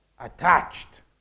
attached